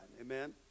Amen